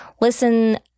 listen